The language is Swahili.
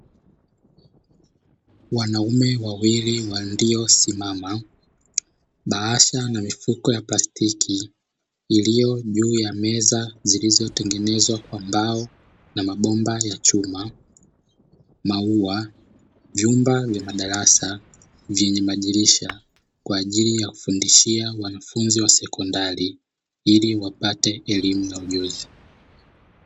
Wanaume wawili waliosimama, bahasha na mifuko ya plastiki iliyo juu ya meza zilizotengenezwa kwa mbao na mabomba ya chuma, maua, vyumba vya madarasa vyenye madirisha kwa ajili ya kufundishia wanafunzi wa sekondari ili wapate elimu na ujuzi.